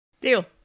Deal